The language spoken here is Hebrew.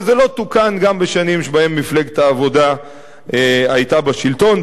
וזה לא תוקן גם בשנים שבהן מפלגת העבודה היתה בשלטון,